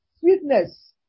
sweetness